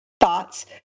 thoughts